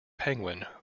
penguin